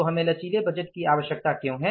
तो हमें लचीले बजट की आवश्यकता क्यों है